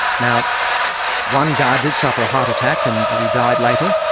now one guard did suffer a heart attack and he died later,